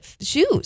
shoes